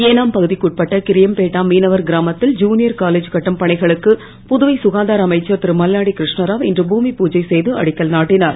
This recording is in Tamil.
ஏஞம் பகுதிக்குட்பட்ட கிரியம்பேட்டா மீனவர் கிராமத்தில் ஜுனியர் காலேஜ் கட்டும் பணிகளுக்கு புதுவை சுகாதார அமைச்சர் இருமல்லாடிகிருஷ்ணாராவ் இன்று பூமி பூஜை செய்து அடிக்கல் நாட்டினுர்